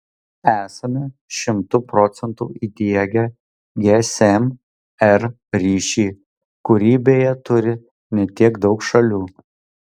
esame šimtu procentų įdiegę gsm r ryšį kurį beje turi ne tiek daug šalių